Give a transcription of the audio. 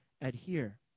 adhere